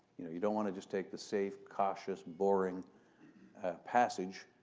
you know. you don't want to just take the safe, cautious, boring passage.